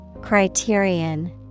Criterion